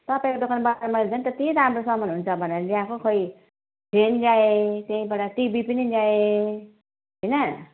तपाईँको दोकानबाट झन् त्यति राम्रो सामान हुन्छ भनेर ल्याएको खै फ्यान ल्याएँ त्यहीबाट टिभी पनि ल्याएँ होइन